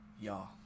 y'all